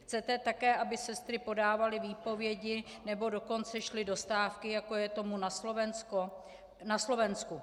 Chcete také, aby sestry podávaly výpovědi, nebo dokonce šly do stávky, jako je tomu na Slovensku?